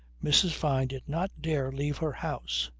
mrs. fyne did not dare leave her house.